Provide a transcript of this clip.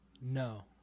No